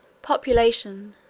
population,